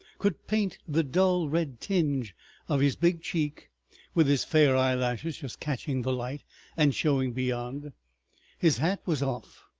could paint the dull red tinge of his big cheek with his fair eyelashes just catching the light and showing beyond his hat was off,